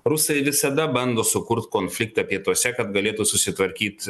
rusai visada bando sukurt konfliktą pietuose kad galėtų susitvarkyt